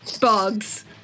bugs